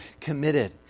committed